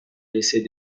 laisser